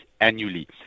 annually